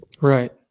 right